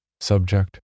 Subject